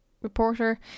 reporter